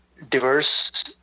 diverse